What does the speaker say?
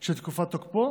של תקופת תוקפו,